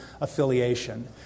affiliation